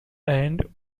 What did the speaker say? and